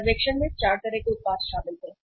सर्वेक्षण में 4 तरह के उत्पाद शामिल थे